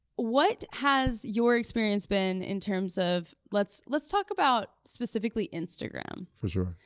what has your experience been in terms of, let's let's talk about specifically instagram. for sure.